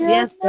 Yes